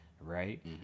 right